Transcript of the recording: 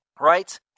Right